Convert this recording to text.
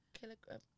kilogram